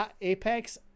Apex